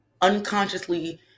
unconsciously